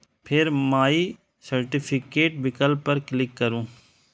फेर my certificate विकल्प पर क्लिक करू